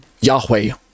Yahweh